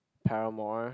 Paramore